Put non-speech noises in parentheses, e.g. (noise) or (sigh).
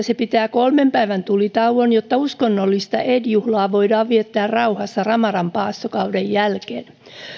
(unintelligible) se pitää kolmen päivän tulitauon jotta uskonnollista eid juhlaa voidaan viettää rauhassa ramadan paastokauden jälkeen